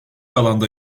alanda